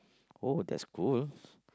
oh that's cool